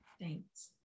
Thanks